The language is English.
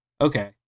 okay